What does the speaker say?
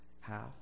half